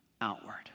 outward